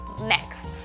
next